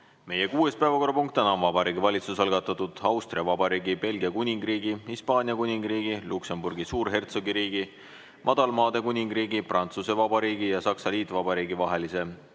Meie kuues päevakorrapunkt täna on Vabariigi Valitsuse algatatud Austria Vabariigi, Belgia Kuningriigi, Hispaania Kuningriigi, Luksemburgi Suurhertsogiriigi, Madalmaade Kuningriigi, Prantsuse Vabariigi ja Saksamaa Liitvabariigi vahelise